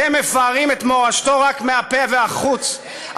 אתם מפארים את מורשתו רק מהפה ולחוץ,